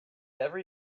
every